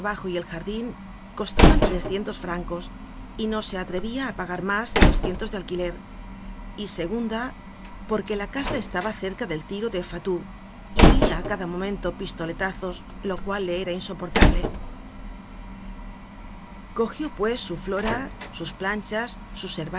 y el jar din costaban trescientos francos y no se atrevia á pagar mas de doscientos de alquiler y segunda porque la casa estaba cerca del tiro de fatou y oia á cada momento pistoletazos lo cual le era insoportable content from google book search generated at cogió pues su flora sus planchas sus